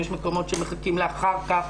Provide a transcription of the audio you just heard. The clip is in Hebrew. מקומות שמשאירים לאחר כך,